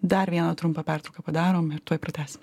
dar vieną trumpą pertrauką padarom ir tuoj pratęsim